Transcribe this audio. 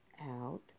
out